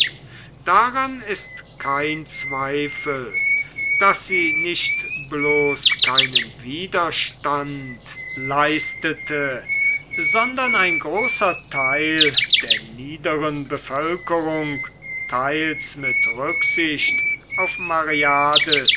daran ist kein zweifel daß sie nicht bloß keinen widerstand leistete sondern ein großer teil der niederen bevölkerung teils mit rücksicht auf mareades